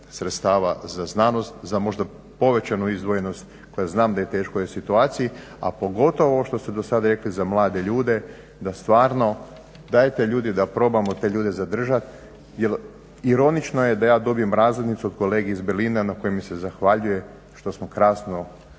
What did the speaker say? sredstava za znanost za možda povećanu izdvojenost, koja znam da u teškoj je situaciji, a pogotovo što ste do sada rekli za mlade ljude da stvarno, dajte ljudi da probamo te ljude zadržati jer ironično je da ja dobijem razglednicu od kolege iz Berlina na kojoj mi se zahvaljuje što smo krasno